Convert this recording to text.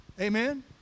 Amen